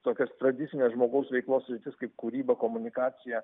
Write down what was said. tokias tradicines žmogaus veiklos sritis kaip kūryba komunikacija